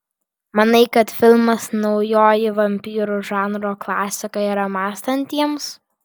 manai kad filmas naujoji vampyrų žanro klasika yra mąstantiems